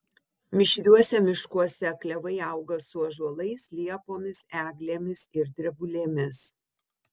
mišriuose miškuose klevai auga su ąžuolais liepomis eglėmis ir drebulėmis